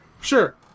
sure